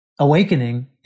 awakening